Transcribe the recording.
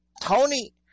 Tony